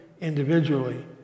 individually